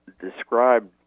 described